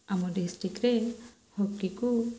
ଆମ ଡିଷ୍ଟ୍ରିକ୍ଟରେ ହକିକୁ